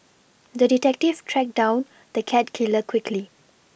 the detective tracked down the cat killer quickly